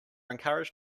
encouraged